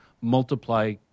multiply